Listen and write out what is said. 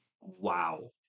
Wow